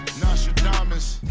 nostradamus